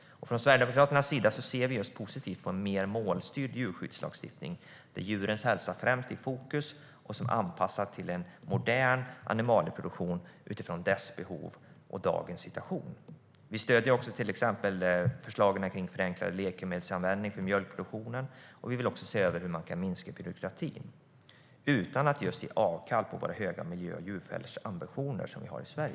Från Sverigedemokraterna ser vi positivt på en mer målstyrd djurskyddslagstiftning, där djurens hälsa är i fokus och som är anpassad till en modern animalieproduktion utifrån dess behov och dagens situation. Vi stöder också till exempel införandet av en förenklad läkemedelsanvändning för mjölkproduktionen, och vi vill också se över hur vi kan minska byråkratin utan att göra avkall på våra höga miljö och djurskyddsambitioner.